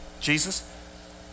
jesus